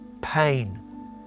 pain